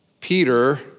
Peter